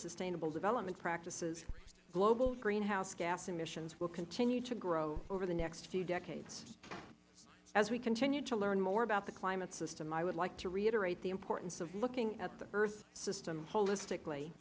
sustainable development practices global greenhouse gas emissions will continue to grow over the next few decades as we continue to learn more about the climate system i would like to reiterate the importance of looking at the earth system holistic